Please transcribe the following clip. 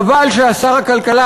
חבל ששר הכלכלה,